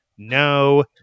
no